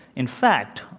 in fact,